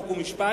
חוק ומשפט,